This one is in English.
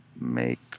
make